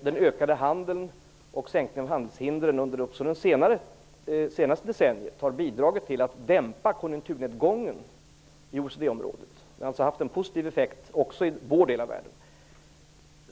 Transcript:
den ökade handeln och sänkningen av handelshindren också under det senaste decenniet har bidragit till att dämpa konjunkturnedgången i OECD området. Det har alltså haft en positiv effekt också i vår del av världen.